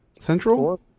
Central